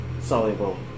soluble